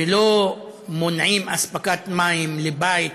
ולא מונעים אספקת מים לבית,